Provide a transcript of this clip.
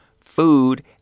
food